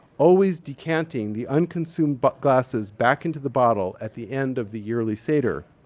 always decanting the unconsumed but glasses back into the bottle at the end of the yearly seder,